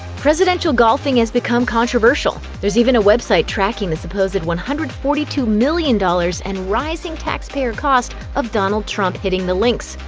presidential golfing has become controversial. there's even a website tracking the supposed one hundred and forty two million dollars and rising taxpayer cost of donald trump hitting the links.